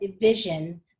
vision